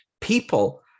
people